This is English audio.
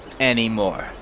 anymore